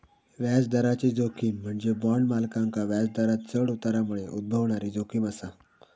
व्याजदराची जोखीम म्हणजे बॉण्ड मालकांका व्याजदरांत चढ उतारामुळे उद्भवणारी जोखीम असा